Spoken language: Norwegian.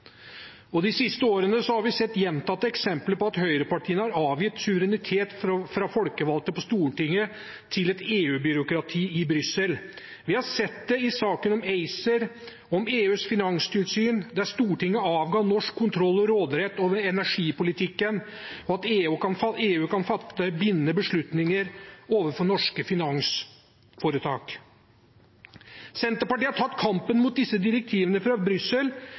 De siste årene har vi sett gjentatte eksempler på at høyrepartiene har gitt suvereniteten til de folkevalgte på Stortinget til EU-byråkratiet i Brussel. Vi har sett det i saken om ACER, om EUs finanstilsyn, der Stortinget ga fra seg norsk kontroll og råderett over energipolitikken, og at EU kan fatte bindende beslutninger overfor norske finansforetak. Senterpartiet har tatt kampen mot disse direktivene fra Brussel.